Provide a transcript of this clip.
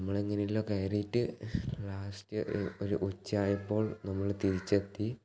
നമ്മള് എങ്ങനെ എല്ലാമോ കേറിയിട്ട് ലാസ്റ്റ് ഒരു ഒരു ഉച്ചയായപ്പോൾ നമ്മള് തിരിച്ചെത്തി